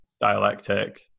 dialectic